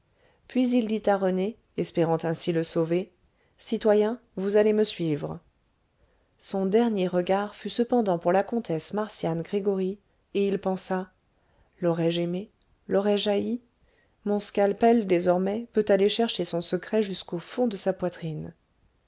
puis il dit à rené espérant ainsi le sauver citoyen vous allez me suivre son dernier regard fut cependant pour la comtesse marcian gregoryi et il pensa l'aurais-je aimée l'aurais-je haïe mon scalpel désormais peut aller chercher son secret jusqu'au fond de sa poitrine